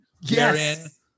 Yes